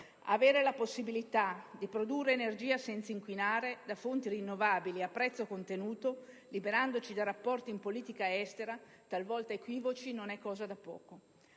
Avere la possibilità di produrre energia senza inquinare, da fonti rinnovabili, a prezzo contenuto, liberandoci da rapporti in politica estera talvolta equivoci, non è cosa da poco!